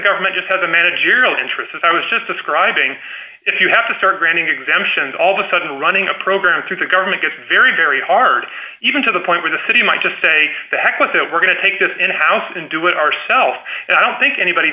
government just has a managerial interest as i was just describing if you have to start granting exemptions all of a sudden running a program through the government gets very very hard even to the point where the city might just say the heck with it we're going to take this in house and do it ourselves and i don't think anybody